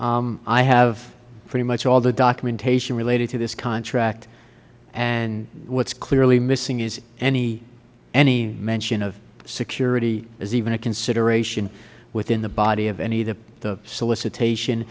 brachfeld i have pretty much all the documentation related to this contract and what is clearly missing is any any mention of security as even a consideration within the body of any of the solicitation